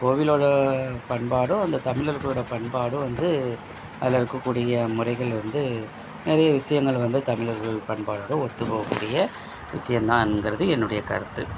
கோவிலோட பண்பாடும் அந்த தமிழர்களோட பண்பாடும் வந்து அதில் இருக்கக்கூடிய முறைகள் வந்து நிறைய விசியங்களை வந்து தமிழர்கள் பண்பாடோட ஒத்துப் போகக்கூடிய விழயம் தான் என்கிறது என்னுடைய கருத்து